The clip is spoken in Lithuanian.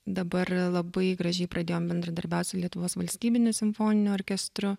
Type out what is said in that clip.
dabar labai gražiai pradėjom bendradarbiaut su lietuvos valstybiniu simfoniniu orkestru